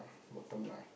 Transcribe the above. bottom line